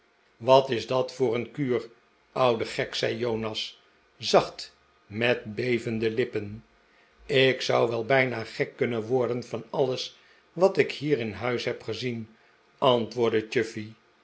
wat is dat voor een kuur oude gek zei jonas zacht en met bevende lippen ik zou wel bijna gek kunnen worden van alles wat ik hier in huis heb gezien antwoordde